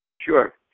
Sure